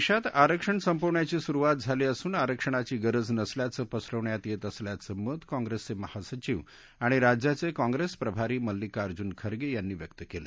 देशात आरक्षण संपवण्याची सुरुवात झाली असून आरक्षणाची गरज नसल्याचं पसरवण्यात येत असल्याचं मत काँग्रेसचे महासचिव आणि राज्याचे काँप्रेस प्रभारी मल्लिकार्जुन खगें यांनी व्यक्त केलं